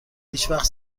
هیچوقت